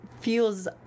feels